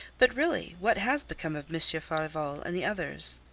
but really, what has become of monsieur farival and the others?